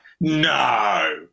no